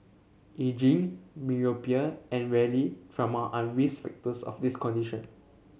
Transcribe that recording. ageing myopia and rarely trauma are risk factors of this condition